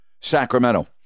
Sacramento